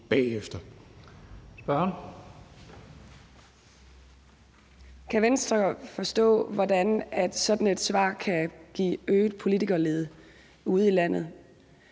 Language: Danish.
(KF): Kan Venstre forstå, hvordan sådan et svar kan give øget politikerlede ude i landet?